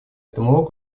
этому